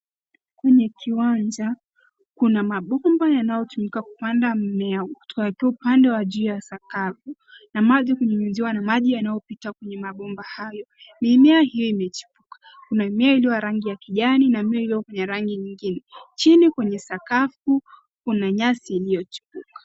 Kwenye kiwanja kuna mabomba yanayotumika kupanda mimea yakiwa upande wa juu ya sakafu na maji kunyunyiziwa na maji yanayopita kwenye mabomba hayo. Mimea hiyo imechipuka. Kuna mimea iliyo ya rangi ya kijani kuna mimea iliyo ya rangi ingine. Chini kwenye sakafu kuna nyasi iliyochipuka.